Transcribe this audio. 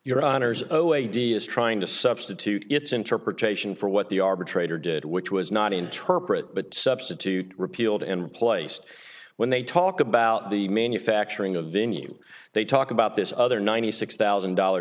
is trying to substitute its interpretation for what the arbitrator did which was not interpret but substitute repealed and replaced when they talk about the manufacturing of the new they talk about this other ninety six thousand dollar